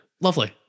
Lovely